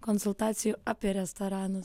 konsultacijų apie restoranus